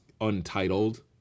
untitled